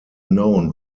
known